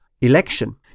election